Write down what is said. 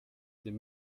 dem